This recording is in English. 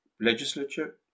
legislature